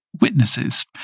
witnesses